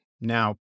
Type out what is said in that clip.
Now